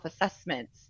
assessments